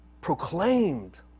proclaimed